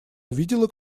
увидело